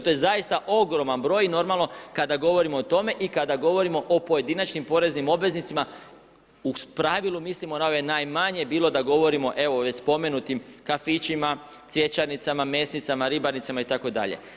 To je zaista ogroman broj, normalno kada govorimo o tome i kada govorimo o pojedinačnim poreznim obveznicima u pravilu mislimo na ove najmanje, bilo da govorimo o spomenutim, kafićima, cvjećarnicama, mesnicama, ribarnicama itd.